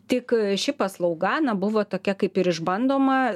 tik ši paslauga na buvo tokia kaip ir išbandoma